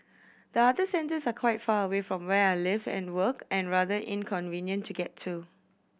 the other centres are quite far away from where I live and work and rather inconvenient to get to